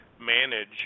manage